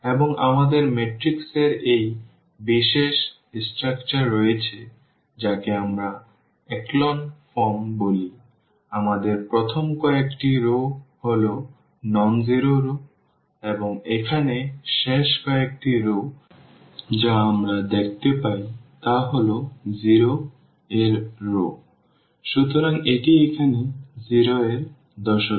এবং আমাদের ম্যাট্রিক্স এর এই বিশেষ স্ট্রাকচার রয়েছে যাকে আমরা echelon form বলি আমাদের প্রথম কয়েকটি রও হল অ শূন্য রও এবং এখানে শেষ কয়েকটি রও যা আমরা দেখতে পাই তা হল 0 এর রও সুতরাং এটি এখানে 0 এর দশকে